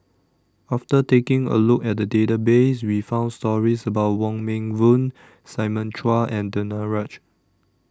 after taking A Look At The Database We found stories about Wong Meng Voon Simon Chua and Danaraj